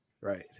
Right